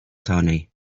tony